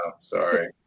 sorry